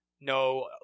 no